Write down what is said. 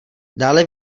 dále